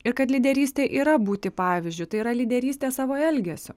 ir kad lyderystė yra būti pavyzdžiu tai yra lyderystė savo elgesiu